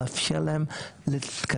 לאפשר להם להתקדם,